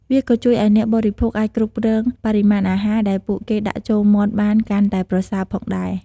វាក៏ជួយឱ្យអ្នកបរិភោគអាចគ្រប់គ្រងបរិមាណអាហារដែលពួកគេដាក់ចូលមាត់បានកាន់តែប្រសើរផងដែរ។